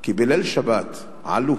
כי בליל שבת עלו